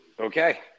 Okay